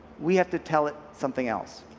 we have to tell it something else.